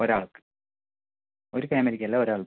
ഒരാൾക്ക് ഒരു ഫാമിലിക്ക് അല്ല ഒരാൾക്ക്